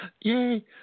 yay